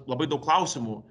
labai daug klausimų